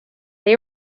they